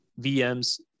VMs